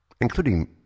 Including